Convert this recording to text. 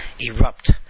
erupt